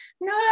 No